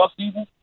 offseason